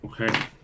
Okay